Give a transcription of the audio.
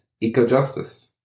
eco-justice